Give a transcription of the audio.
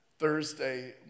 Thursday